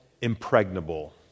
impregnable